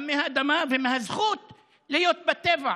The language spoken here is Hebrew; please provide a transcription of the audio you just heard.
גם מהאדמה ומהזכות להיות בטבע,